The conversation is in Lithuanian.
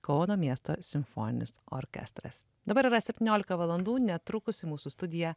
kauno miesto simfoninis orkestras dabar yra septyniolika valandų netrukus į mūsų studiją